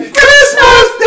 Christmas